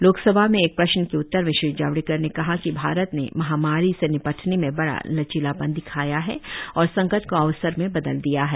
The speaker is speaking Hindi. लोकसभा में एक प्रश्न के उत्तर में श्री जावडेकर ने कहा कि भारत ने महामारी से निपटने में बडा लचीलापन दिखाया है और संकट को अवसर में बदल दिया है